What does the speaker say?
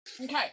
Okay